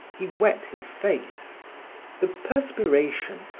he wet his face the perspiration,